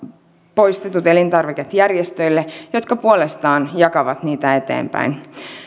poistetut elintarvikkeet järjestöille jotka puolestaan jakavat niitä eteenpäin